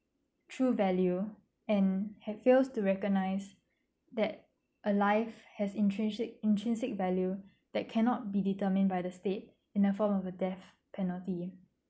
true value and ha~ fails to recognise that a life has intrinsic intrinsic value that cannot be determined by the state in a form of a death penalty